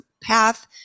path